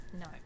No